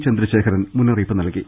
ചന്ദ്രശേഖരൻ മുന്നറിയിപ്പ് നൽകി